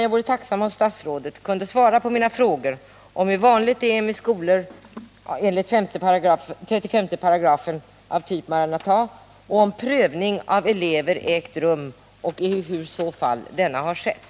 Jag vore tacksam om statsrådet ville svara på mina frågor om hur vanligt det är med skolor enligt 35 § av typ Maranata, om prövning av eleverna ägt rum och hur denna i så fall skett.